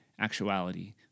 actuality